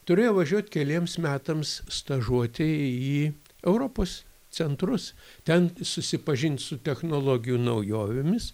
turėjo važiuot keliems metams stažuotei į europos centrus ten susipažint su technologijų naujovėmis